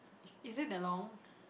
is it that long